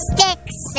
Sticks